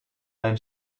then